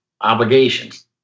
obligations